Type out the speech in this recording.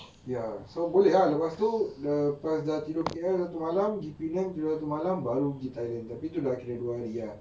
ya so boleh ah lepas tu lepas dah tidur K_L satu malam pergi penang satu malam baru pergi thailand tapi tu dah kira dua hari ah